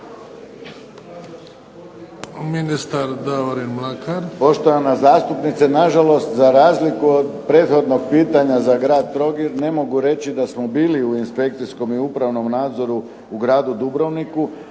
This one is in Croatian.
ministar Davorin Mlakar.